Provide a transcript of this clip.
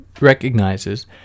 recognizes